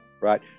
right